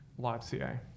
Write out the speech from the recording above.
LiveCA